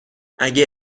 اگه